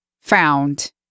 found